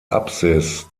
apsis